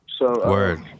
Word